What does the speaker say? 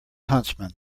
huntsman